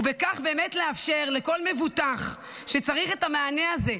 ובכך באמת לאפשר לכל מבוטח שצריך את המענה הזה,